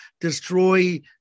destroy